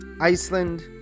Iceland